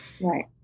Right